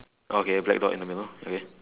okay black dot in the middle okay